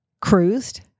cruised